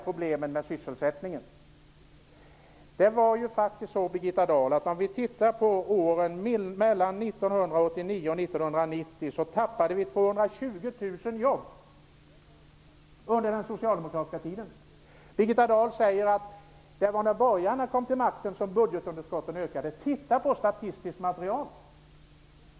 Om vi tittar på åren 1989--1990, Birgitta Dahl, tappade vi 220 000 jobb. Det var under den socialdemokratiska regeringstiden. Birgitta Dahl säger att det var när borgarna kom till makten som budgetunderskottet ökade. Titta på statistiskt material!